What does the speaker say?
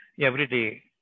everyday